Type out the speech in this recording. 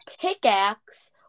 pickaxe